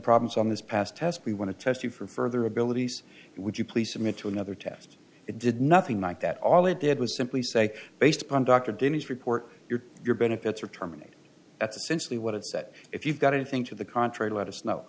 problems on this past test we want to test you for further abilities would you please submit to another test it did nothing like that all it did was simply say based upon dr denise report your your benefits are terminated that's essentially what it said if you've got anything to the contrary let us know